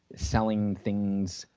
selling things,